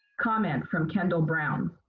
comment from kendall brown.